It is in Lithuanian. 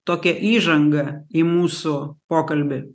tokia įžanga į mūsų pokalbį